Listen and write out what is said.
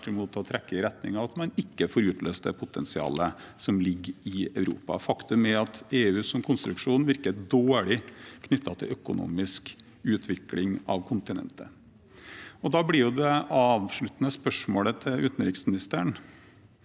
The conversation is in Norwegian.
imot trekker i retning av at man ikke får utløst det potensialet som ligger i Europa. Faktum er at EU som konstruksjon virker dårlig med hensyn til økonomisk utvikling av kontinentet. Da blir det avsluttende spørsmålet til utenriksministeren: